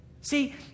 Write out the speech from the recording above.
See